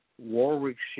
Warwickshire